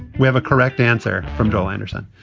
we have a correct answer from dhol anderson.